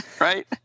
Right